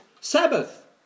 Sabbath